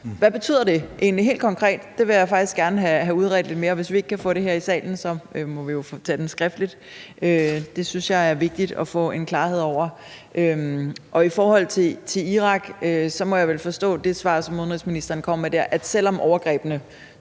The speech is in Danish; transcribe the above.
helt konkret? Det vil jeg faktisk gerne have udredt lidt mere, og hvis vi ikke kan få det her i salen, må vi jo tage det skriftligt. Det synes jeg er vigtigt at få en klarhed over. I forhold til Irak må jeg vel forstå det svar, som